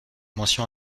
mention